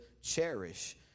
cherish